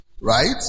Right